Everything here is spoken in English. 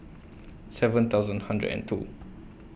seven thousand hundred and two